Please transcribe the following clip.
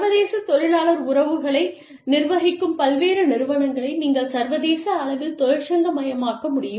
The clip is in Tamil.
சர்வதேச தொழிலாளர் உறவுகளை நிர்வகிக்கும் பல்வேறு நிறுவனங்களை நீங்கள் சர்வதேச அளவில் தொழிற்சங்க மயமாக்க முடியும்